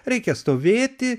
reikia stovėti